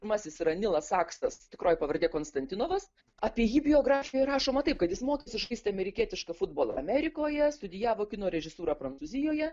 pirmasis yra nilas saksas tikroji pavardė konstantinovas apie jį biografijoj rašoma taip kad jis mokėsi žaisti amerikietišką futbolą amerikoje studijavo kino režisūrą prancūzijoje